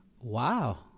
Wow